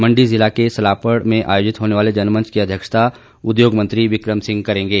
मंडी जिला के सलापड़ में आयोजित होने वाले जनमंच की अध्यक्षता उद्योग मंत्री विक्रम सिंह करेंगे